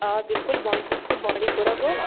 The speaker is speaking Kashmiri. آ بِلکُل بانڈی ڈِسٹرک بانڈی پورہ گوٚو